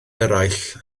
eraill